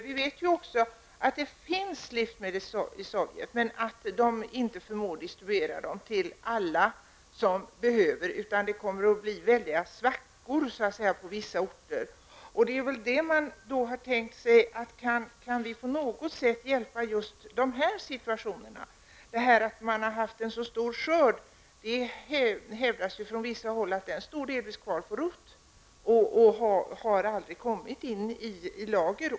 Vi vet ju också att det finns livsmedel i Sovjet men att man där inte förmår distribuera dessa livsmedel till alla som är behövande. Det kommer därför att bli väldiga ''svackor'' på vissa orter. Man undrar då om vi på något sätt kan hjälpa till i just dessa situationer. Det sägs ju att man i Sovjet har haft en sådan stor skörd, men det hävdas på vissa håll att den delvis står kvar på rot och att den aldrig har kommit in i lagren.